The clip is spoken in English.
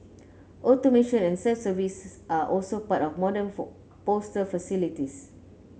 automation and self service are also part of modern postal facilities